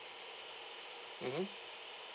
mmhmm